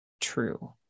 true